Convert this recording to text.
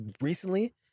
recently